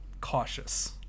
cautious